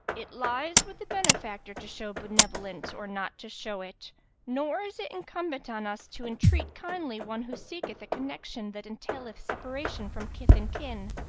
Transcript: it lies with the benefactor to show benevolence or not to show it nor is it incumbent on us to entreat kindly one who seeketh a connection that entaileth separation from kith and kin.